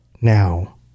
now